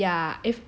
ya if